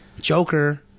Joker